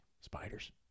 Spiders